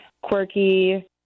quirky